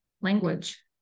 language